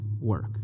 work